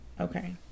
Okay